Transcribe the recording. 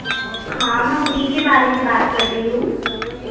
हाँ मैं उन्हीं के बारे में बात कर रही हूँ